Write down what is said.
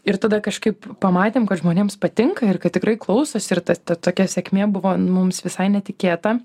ir tada kažkaip pamatėm kad žmonėms patinka ir kad tikrai klausosi ir ta tokia sėkmė buvo mums visai netikėta